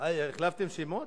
החלפתם שמות?